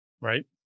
right